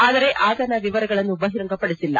ಆದರೆ ಆತನ ವಿವರಗಳನ್ನು ಬಹಿರಂಗಪಡಿಸಿಲ್ಲ